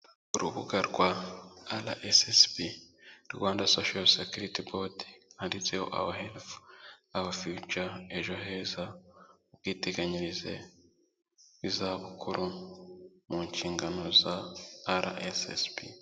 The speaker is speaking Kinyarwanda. Urubuga rwa RSSB, Rwanda sosho sekiriti bodi, handitseho awaherifu awafiyuca, ejo heza, ubwiteganyirize bw'izabukuru mu nshingano za RSSB.